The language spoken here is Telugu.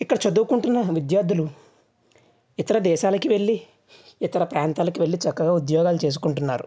ఇక్కడ చదువుకుంటున్న విద్యార్థులు ఇతర దేశాలకి వెళ్ళి ఇతర ప్రాంతాలకి వెళ్ళి చక్కగా ఉద్యోగాలు చేసుకుంటున్నారు